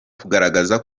kugaragaza